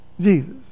Jesus